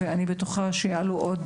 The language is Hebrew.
ואני בטוחה שיעלו עוד